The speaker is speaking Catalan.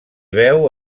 veu